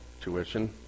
tuition